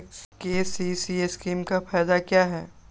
KCC scheme का फायदा क्या है?